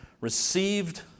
received